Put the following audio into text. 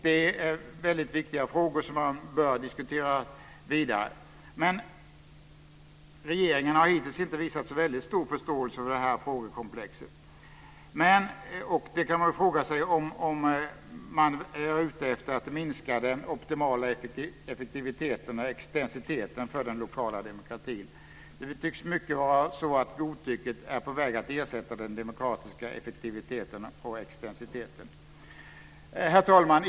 Detta är mycket viktiga frågor, som man bör diskutera vidare. Men regeringen har hittills inte visat så väldigt stor förståelse för det här frågekomplexet. Man kan fråga sig om regeringen är ute efter att minska den optimala effektiviteten och extensiteten för den lokala nivån. Det tycks i mycket vara så att godtycket är på väg att ersätta den demokratiska effektiviteten och extensiteten. Herr talman!